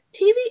TV